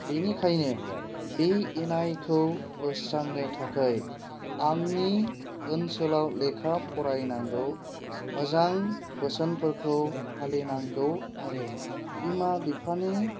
बिनिखायनो बे इनायखौ बोस्रांनो थाखाय आंनि ओनसोलाव लेखा फरायनांगौ मोजां बोसोनफोरखौ फालिनांगौ आरो बिमा बिफानि